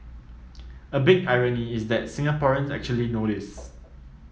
a big irony is that Singaporeans actually know this